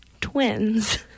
Twins